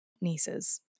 nieces